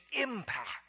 impact